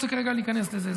לא רוצה כרגע להיכנס לזה.